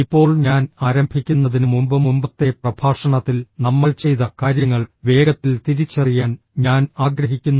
ഇപ്പോൾ ഞാൻ ആരംഭിക്കുന്നതിന് മുമ്പ് മുമ്പത്തെ പ്രഭാഷണത്തിൽ നമ്മൾ ചെയ്ത കാര്യങ്ങൾ വേഗത്തിൽ തിരിച്ചറിയാൻ ഞാൻ ആഗ്രഹിക്കുന്നു